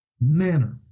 manner